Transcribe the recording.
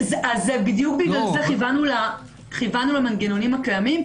בדיוק בגלל זה כיוונו למנגנונים הקיימים,